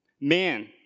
Man